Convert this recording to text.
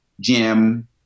Jim